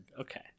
Okay